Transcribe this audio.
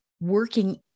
working